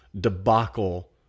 debacle